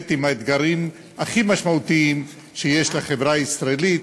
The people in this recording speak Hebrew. עם האתגרים הכי משמעותיים שיש לחברה הישראלית.